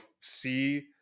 see